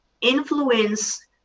influence